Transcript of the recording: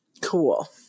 cool